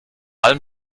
allem